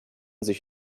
sich